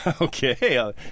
okay